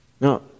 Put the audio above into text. No